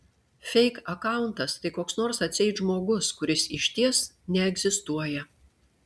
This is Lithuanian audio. feik akauntas tai koks nors atseit žmogus kuris išties neegzistuoja